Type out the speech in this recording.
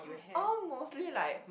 all mostly like